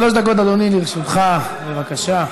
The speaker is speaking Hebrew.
שלוש דקות, אדוני, לרשותך, בבקשה.